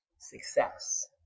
success